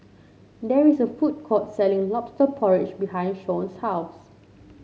there is a food court selling lobster porridge behind Shon's house